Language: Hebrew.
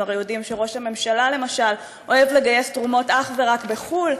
אנחנו הרי יודעים שראש הממשלה למשל אוהב לגייס תרומות אך ורק בחו"ל.